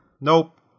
nope